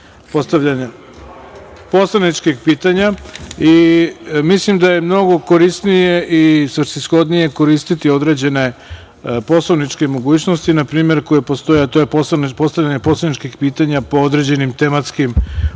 postavljanja poslaničkih pitanja. Mislim da je mnogo korisnije i svrsishodnije koristiti određene poslovničke mogućnosti, na primer, koje postoje, a to je postavljanje poslaničkih pitanja po određenim tematskim oblastima